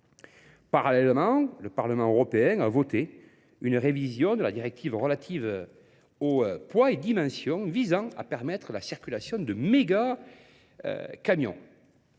Parallèlement, le Parlement européen a voté une révision de la directive relative aux poids et dimensions visant à permettre la circulation de méga-camions.